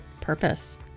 purpose